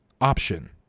option